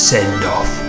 Send-Off